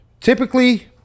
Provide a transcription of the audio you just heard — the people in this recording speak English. Typically